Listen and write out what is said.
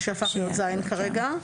שהפך להיות (ז) כרגע.